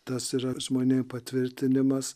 tas yra žmonėm patvirtinimas